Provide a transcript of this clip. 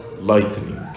lightning